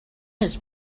his